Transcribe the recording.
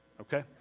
Okay